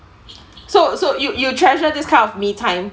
so so you you treasure this kind of me time